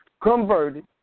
converted